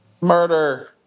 Murder